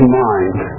mind